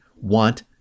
want